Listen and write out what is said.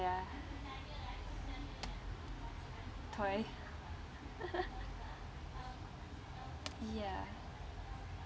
ya toy ya